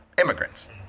Immigrants